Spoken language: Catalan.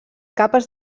capes